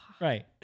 Right